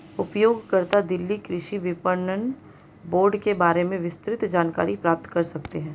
उपयोगकर्ता दिल्ली कृषि विपणन बोर्ड के बारे में विस्तृत जानकारी प्राप्त कर सकते है